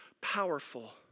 powerful